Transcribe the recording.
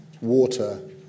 water